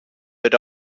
but